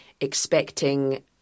expecting